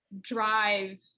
drive